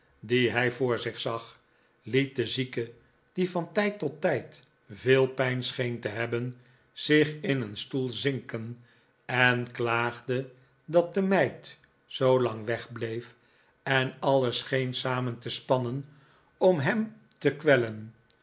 dien hij voor zich zag liet de zieke die van tijd tot tijd veel pijn scheen te hebben zich in een stoel zinken en klaagde dat de meid zoolang wegbleef en alles scheen samen te spannen om hem te kwellen